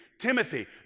Timothy